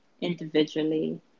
individually